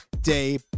day